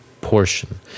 portion